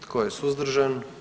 Tko je suzdržan?